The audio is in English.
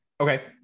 okay